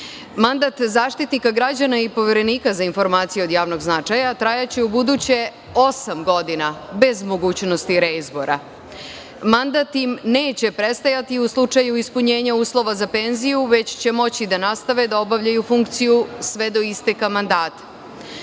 Zaštitnika građana i Poverenika za informacije od javnog značaja trajaće ubuduće osam godina, bez mogućnosti reizbora. Mandat im neće prestajati u slučaju ispunjenja uslova za penziju, već će moći da obavljaju funkciju sve do isteka